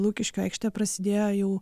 lukiškių aikštė prasidėjo jau